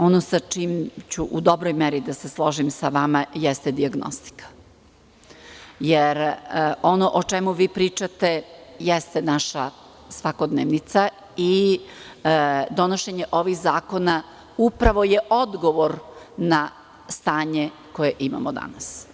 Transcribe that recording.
Ono sa čim ću se u dobroj meri složiti sa vama jeste dijagnostika, jer ono o čemu vi pričate jeste naša svakodnevnica i donošenje ovih zakona upravo je odgovor na stanje koje imamo danas.